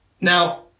Now